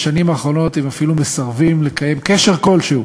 בשנים האחרונות הם אפילו מסרבות לקיים קשר כלשהו